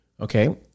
okay